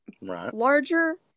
larger